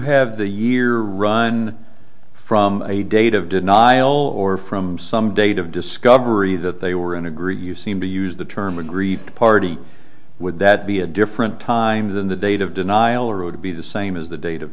have the year run from a date of denial or from some date of discovery that they were in agree you seem to use the term aggrieved party would that be a different time than the date of denial rule to be the same as the date of